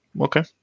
okay